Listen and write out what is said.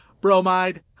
bromide